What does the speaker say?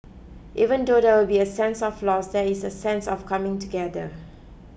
even though there will be a sense of loss there is a sense of coming together